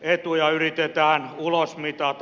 etuja yritetään ulosmitata